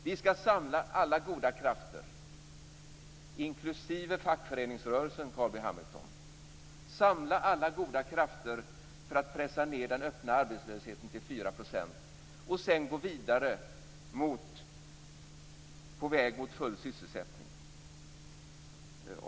Vi skall samla alla goda krafter - inklusive fackföreningsrörelsen, Carl B Hamilton - för att pressa ned den öppna arbetslösheten till 4 % och sedan gå vidare på väg mot full sysselsättning.